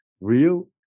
real